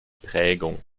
prägung